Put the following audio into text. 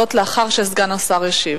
וזאת לאחר שסגן השר ישיב.